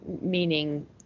meaning